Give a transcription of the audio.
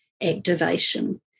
activation